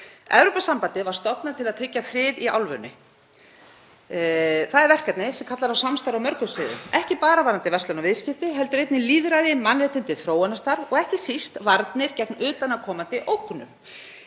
Evrópusambandið var stofnað til að tryggja frið í álfunni. Það er verkefni sem kallar á samstarf á mörgum sviðum, ekki bara varðandi verslun og viðskipti heldur einnig lýðræði, mannréttindi, þróunarstarf og ekki síst varnir gegn utanaðkomandi ógnum.